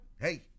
Hey